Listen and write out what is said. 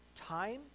time